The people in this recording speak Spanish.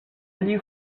allí